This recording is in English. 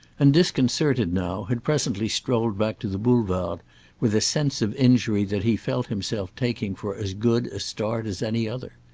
and, disconcerted now, had presently strolled back to the boulevard with a sense of injury that he felt himself taking for as good a start as any other.